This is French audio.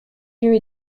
lieues